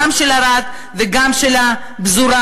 גם של ערד וגם של הפזורה.